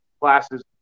classes